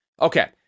Okay